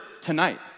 tonight